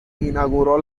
inauguró